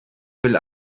will